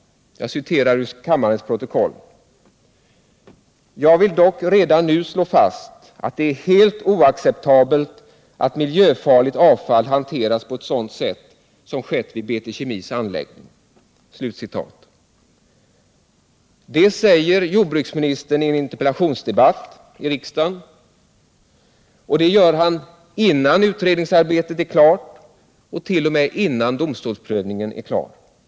Jag citerar ur kammarens protokoll: ”Jag vill dock redan nu slå fast att det är helt oacceptabelt att miljöfarligt avfall hanteras på Om regeringsåtgärett sådant sätt som skett vid BT Kemis anläggning.” Det säger jord — dermed anledning bruksministern i en interpellationsdebatt i riksdagen, och det gör han — av NK/Åhléns innan utredningsarbetet är klart och t.o.m. innan domstolsprövningen = beslut att flytta är klar.